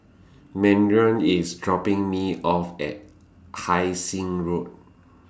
Marion IS dropping Me off At Hai Sing Road